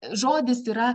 žodis yra